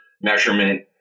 measurement